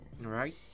right